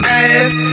ass